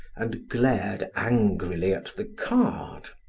and glared angrily at the card.